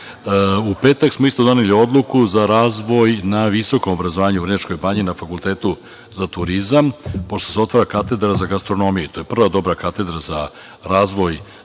petak smo doneli odluku za razvoj na visokom obrazovanju u Vrnjačkoj banji, na Fakultetu za turizam, pošto se otvara katedra za gastronomiju. To je prva dobra katedra za razvoj